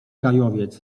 gajowiec